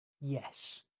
Yes